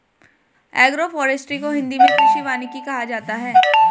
agroforestry को हिंदी मे कृषि वानिकी कहा जाता है